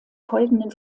folgenden